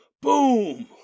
boom